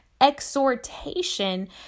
Exhortation